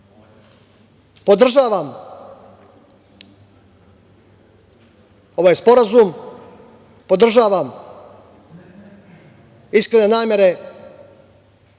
podržavam ovaj Sporazum, podržavam iskrene namere